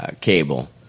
Cable